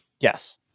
Yes